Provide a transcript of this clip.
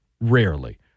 Rarely